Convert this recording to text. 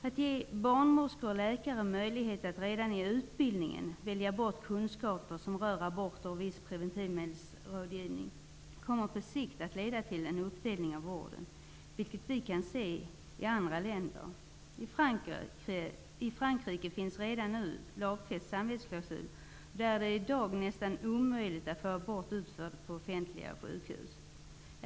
Att ge barnmorskor och läkare möjlighet att redan i utbildningen välja bort kunskaper som rör aborter och viss preventivmedelsrådgivning kommer på sikt att leda till en uppdelning i vården, vilket vi kan se i andra länder. I Frankrike finns redan nu en lagfäst samvetsklausul, och där är det i dag nästan omöjligt att få abort utförd på offentliga sjukhus.